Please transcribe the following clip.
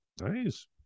Nice